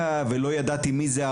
לא ידעתי מי זו ללה סוליקה,